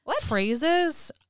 phrases